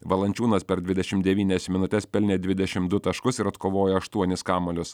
valančiūnas per dvidešimt devynias minutes pelnė dvidešimt du taškus ir atkovojo aštuonis kamuolius